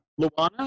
Luana